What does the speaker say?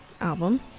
album